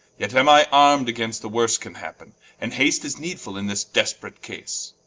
yet am i arm'd against the worst can happen and haste is needfull in this desp'rate case.